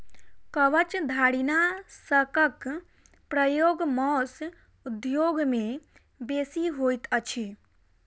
कवचधारीनाशकक प्रयोग मौस उद्योग मे बेसी होइत अछि